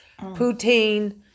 poutine